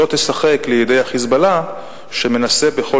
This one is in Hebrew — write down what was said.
לא תשחק לידי ה"חיזבאללה" שמנסה בכל